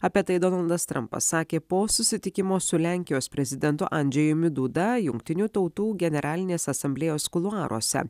apie tai donaldas trampas sakė po susitikimo su lenkijos prezidentu andžejumi duda jungtinių tautų generalinės asamblėjos kuluaruose